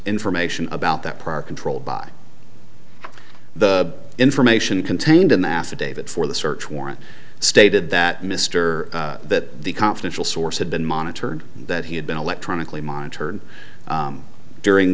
information about that part controlled by the information contained in the affidavit for the search warrant stated that mr that the confidential source had been monitored that he had been electronically monitored during